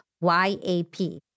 Y-A-P